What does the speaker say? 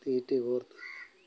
തീറ്റി കോർത്ത്